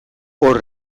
hor